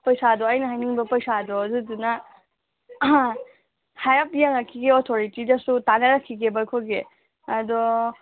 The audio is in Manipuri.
ꯄꯩꯁꯥꯗꯣ ꯑꯩꯅ ꯍꯥꯏꯅꯤꯡꯕ ꯄꯩꯁꯥꯗꯣ ꯑꯗꯨꯗꯨꯅ ꯍꯥꯏꯔꯞ ꯌꯦꯡꯉꯛꯈꯤꯒꯦ ꯑꯣꯊꯣꯔꯤꯇꯤꯗꯁꯨ ꯇꯥꯟꯅꯔꯛꯈꯤꯒꯦꯕ ꯑꯩꯈꯣꯏꯒꯤ ꯑꯗꯣ